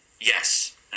Yes